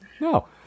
No